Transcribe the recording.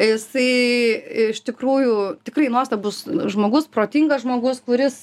jisai iš tikrųjų tikrai nuostabus žmogus protingas žmogus kuris